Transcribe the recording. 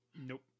Nope